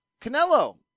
Canelo